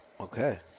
Okay